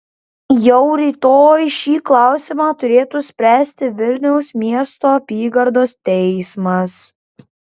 jau rytoj šį klausimą turėtų spręsti vilniaus miesto apygardos teismas